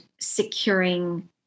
securing